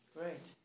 Great